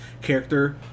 character